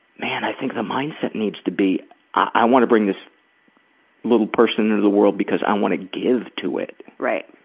man, i think the mindset needs to be, man i want to bring this little person into the world because i want to give to it. right.